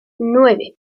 nueve